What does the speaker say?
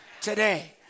Today